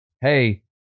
Hey